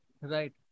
right